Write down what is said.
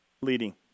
Leading